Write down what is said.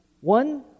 one